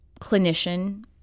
clinician